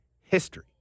history